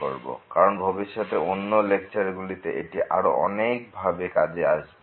কারণ ভবিষ্যতে বিভিন্ন উদাহরণ এর সমাধান করার ক্ষেত্রে অন্য লেকচার গুলিতে এটি আরও অনেক ভাবে কাজে আসবে